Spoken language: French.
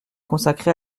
consacré